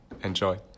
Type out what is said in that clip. Enjoy